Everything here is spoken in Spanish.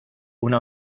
una